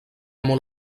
molt